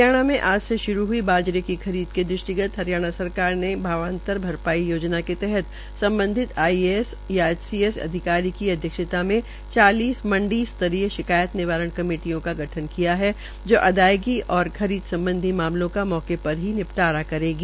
हरियाणा में आज से शुरू हुई बाजरे की खरीद के दृष्टिगत हरियाणा सरकार ने भावांतर भरपाई योजना के तहत सम्बधित आईएएस या एचसीएस अधिकारी की अध्यक्षता में चालीस मंडी स्तरीय शिकायत निवारण कमेटिया का गठन किया है जो अदायगी और खरीद सम्बधी मामलों का मौके पर ही निपटारा करेगी